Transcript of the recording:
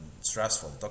stressful